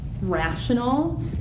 rational